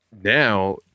now